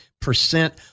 percent